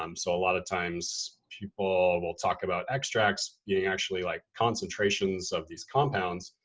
um so a lot of times people will talk about extracts getting, actually, like concentrations of these compounds.